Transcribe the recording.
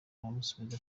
aramusubiza